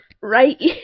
right